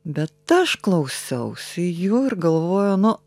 bet aš klausiausi jų ir galvojau nu